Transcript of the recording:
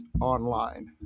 online